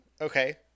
Okay